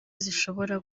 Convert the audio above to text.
zishobora